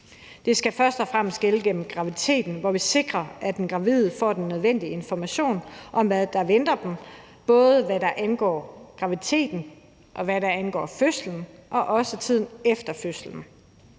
Det skal først og fremmest gælde gennem graviditeten, hvor vi sikrer, at den gravide får den nødvendige information om, hvad der venter, både hvad angår graviditeten, fødslen og også tiden efter fødslen.